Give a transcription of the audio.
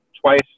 twice